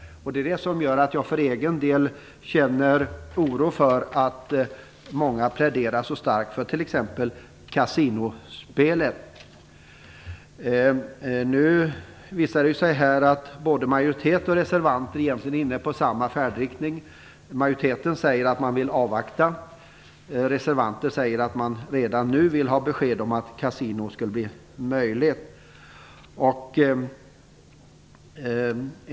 Det gör att jag för egen del känner oro när många så starkt pläderar för t.ex. kasinospel. Det visar sig att både majoriteten och reservanter egentligen är inne på samma färdriktning. Majoriteten säger att man vill avvakta. Reservanterna säger att man redan vill ha beskedet att kasinospel skulle bli möjligt.